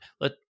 let